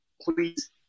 please